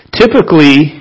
typically